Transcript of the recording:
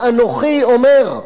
ואנוכי אומר: